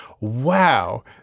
wow